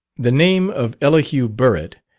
the name of elihu burritt,